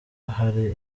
hari